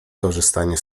korzystanie